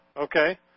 okay